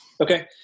Okay